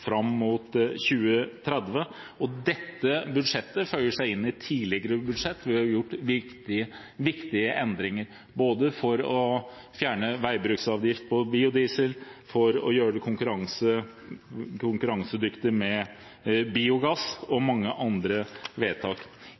fram mot 2030. Dette budsjettet føyer seg inn i rekken av tidligere budsjetter, hvor vi har gjort viktige endringer, både ved å fjerne veibruksavgift på biodiesel og ved å gjøre biogass konkurransedyktig og mange andre vedtak.